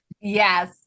Yes